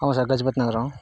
అవును సార్ గజపతి నగరం